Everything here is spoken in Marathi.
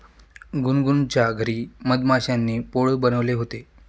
गुनगुनच्या घरी मधमाश्यांनी पोळं बनवले होते